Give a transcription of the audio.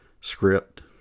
script